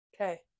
Okay